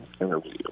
interview